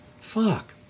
fuck